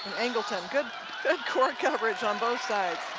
and engelken, good court coverage on both sides.